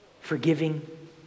forgiving